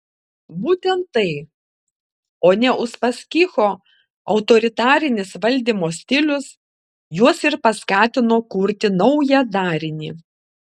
būtent tai o ne uspaskicho autoritarinis valdymo stilius juos ir paskatino kurti naują darinį